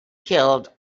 killed